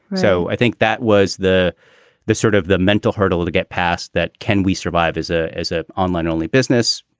so i think that was the the sort of the mental hurdle to get past that. can we survive as a as ah online only business?